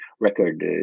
record